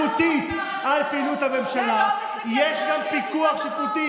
על פעילות הממשלה, למה רוב הציבור מאבד אמון?